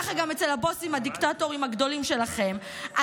כך גם אצל הבוסים הדיקטטורים הגדולים שלכם,